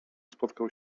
spotkał